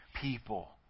people